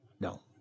No